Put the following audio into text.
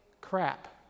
crap